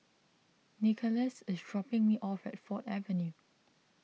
Nicholaus is dropping me off at Ford Avenue